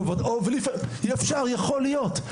בסדר, אפשר, יכול להיות.